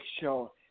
show